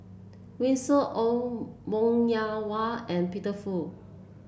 Winston Oh Wong Yoon Wah and Peter Fu